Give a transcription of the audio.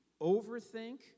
overthink